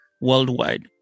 worldwide